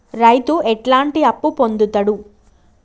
రైతు ఎట్లాంటి అప్పు పొందుతడు?